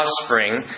offspring